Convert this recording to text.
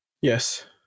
Yes